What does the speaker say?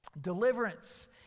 Deliverance